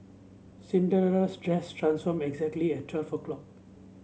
Cinderella's dress transformed exactly at twelve o'clock